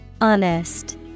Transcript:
Honest